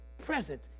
present